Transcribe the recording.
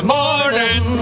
morning